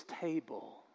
table